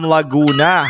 Laguna